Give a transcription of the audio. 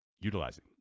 utilizing